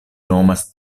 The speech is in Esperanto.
nomas